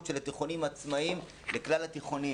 של התיכונים העצמאיים לבין כלל התיכונים.